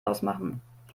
ausmachen